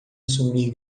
assumir